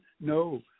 No